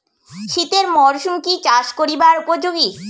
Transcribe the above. শীতের মরসুম কি চাষ করিবার উপযোগী?